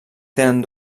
tenen